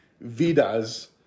Vida's